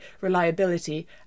reliability